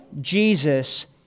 Jesus